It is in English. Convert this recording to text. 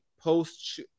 post